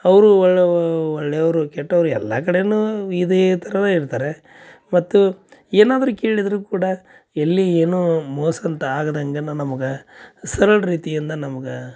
ಅವರು ಒಳ್ಳೆವರು ಕೆಟ್ಟವರು ಎಲ್ಲ ಕಡೆಯೂ ಇದೇ ಥರವೇ ಇರ್ತಾರೆ ಮತ್ತು ಏನಾದರೂ ಕೇಳಿದ್ರೆ ಕೂಡ ಎಲ್ಲಿ ಏನೂ ಮೋಸಂತ ಆಗ್ದಂಗನ ನಮಗೆ ಸರಳ ರೀತಿಯಿಂದ ನಮ್ಗೆ